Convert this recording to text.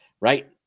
right